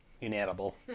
Inedible